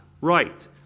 right